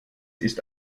ist